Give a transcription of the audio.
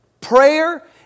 Prayer